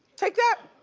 take that.